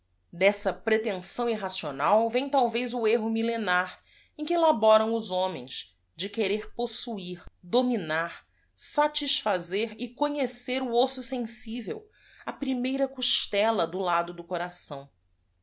e m talvez o erro millenar em que laboram os homens de querer possuir dominar satisfazer e conhecer o osso sensivel a p r i m e i r a cos tella do lado do coração